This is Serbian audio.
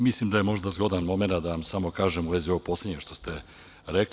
Mislim da je možda zgodan momenat da vam samo kažem u vezi ovog poslednjeg što ste rekli.